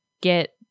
get